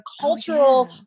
cultural